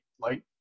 light